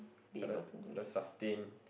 furthered the sustain